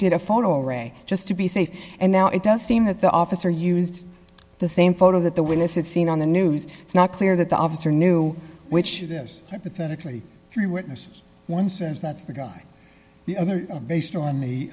did a photo ray just to be safe and now it does seem that the officer used the same photo that the witness had seen on the news it's not clear that the officer knew which it is pathetic thirty three witnesses one says that's the guy the other based on the